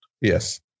Yes